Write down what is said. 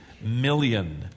million